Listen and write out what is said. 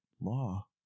law